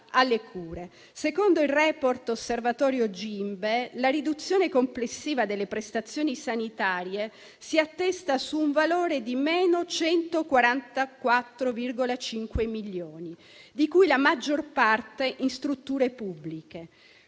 Secondo il *report* dell'osservatorio GIMBE, la riduzione complessiva delle prestazioni sanitarie si attesta su un valore di meno 144,5 milioni, di cui la maggior parte in strutture pubbliche,